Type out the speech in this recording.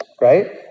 right